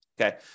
Okay